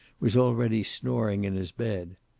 was already snoring in his bed.